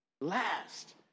Last